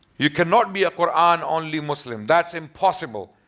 you cannot be a quran only muslim. that's impossible.